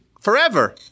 forever